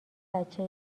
بچه